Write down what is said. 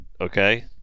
Okay